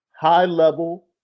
high-level